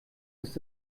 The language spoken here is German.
ist